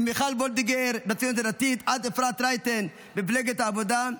ממיכל וולדיגר בציונות הדתית עד אפרת רייטן במפלגת העבודה.